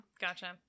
Gotcha